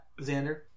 Xander